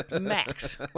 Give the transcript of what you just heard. max